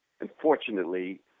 unfortunately